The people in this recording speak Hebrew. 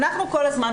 אנחנו כל הזמן,